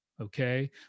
Okay